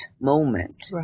moment